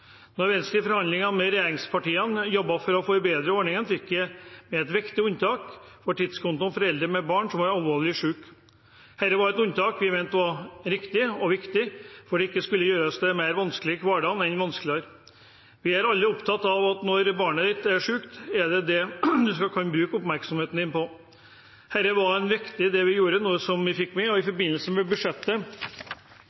Når Venstre i forhandlinger med regjeringspartiene jobbet for å forbedre ordningen, fikk vi et viktig unntak for tidskontoen for foreldre med barn som er alvorlig syke. Det var et unntak som vi mente var riktig og viktig for ikke å gjøre hverdagen mer vanskelig enn nødvendig. Vi er alle opptatt av at når et barn er sykt, er det det man skal kunne bruke oppmerksomheten på. Dette var det viktig at vi fikk gjort noe med, og i forbindelse med budsjettet for